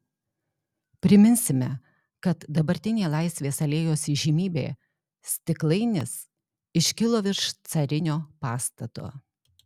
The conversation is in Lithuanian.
priminsime kad dabartinė laisvės alėjos įžymybė stiklainis iškilo virš carinio pastato